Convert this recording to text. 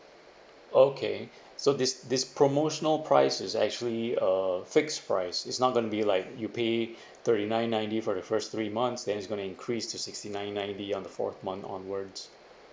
okay so this this promotional price is actually a fixed price it's not going to be like you pay thirty nine ninety for the first three months then it's going to increase to sixty nine ninety on the fourth month onwards